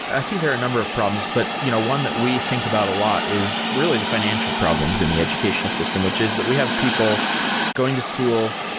i think there are a number of problems, but you know one that we think about a lot is really the financial problems in the educational system, which is that we have people going to school,